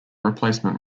replacement